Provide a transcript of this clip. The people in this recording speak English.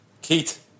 Keith